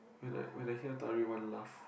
when I when I hear laugh